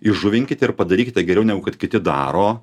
įžuvinkite ir padarykite geriau negu kad kiti daro